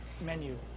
menu